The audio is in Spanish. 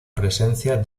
presencia